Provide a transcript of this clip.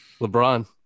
LeBron